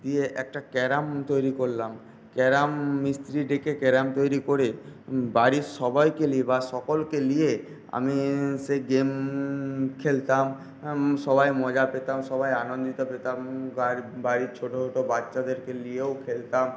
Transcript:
দিয়ে একটা ক্যারাম তৈরি করলাম ক্যারাম মিস্ত্রি ডেকে ক্যারাম তৈরি করে বাড়ির সবাইকে নিয়ে বা সকলকে নিয়ে আমি সে গেম খেলতাম সবাই মজা পেতাম সবাই আনন্দ পেতাম বাড়ির ছোট ছোট বাচ্চাদেরকে নিয়েও খেলতাম